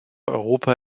europa